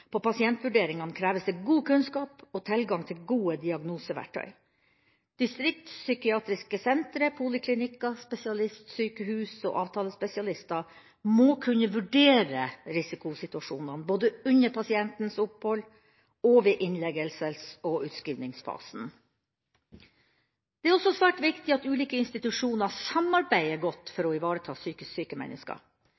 på pasientvurderingene kreves det god kunnskap og tilgang til gode diagnoseverktøy. Distriktspsykiatriske sentre, poliklinikker, spesialistsykehus og avtalespesialister må kunne vurdere risikosituasjoner, både under pasientens opphold og ved innleggelses- og utskrivingsfasen. Det er også svært viktig at ulike institusjoner samarbeider godt for